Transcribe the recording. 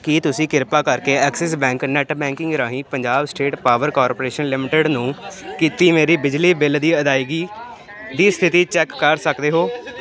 ਕੀ ਤੁਸੀਂ ਕਿਰਪਾ ਕਰਕੇ ਐਕਸਿਸ ਬੈਂਕ ਨੈੱਟ ਬੈਂਕਿੰਗ ਰਾਹੀਂ Punjab state power corporation limited ਨੂੰ ਕੀਤੀ ਮੇਰੀ ਬਿਜਲੀ ਬਿੱਲ ਦੀ ਅਦਾਇਗੀ ਦੀ ਸਥਿਤੀ ਚੈੱਕ ਕਰ ਸਕਦੇ ਹੋ